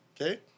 okay